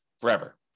forever